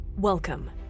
Welcome